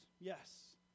yes